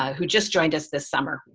who just joined us this summer.